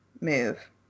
move